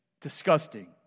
Disgusting